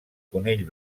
conill